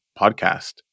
podcast